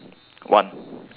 one